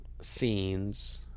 scenes